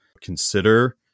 consider